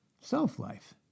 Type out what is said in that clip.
Self-life